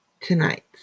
tonight